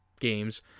Games